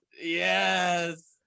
Yes